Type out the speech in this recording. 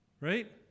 Right